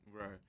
Right